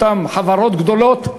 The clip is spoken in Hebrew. אותן חברות גדולות.